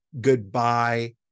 goodbye